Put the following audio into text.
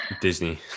Disney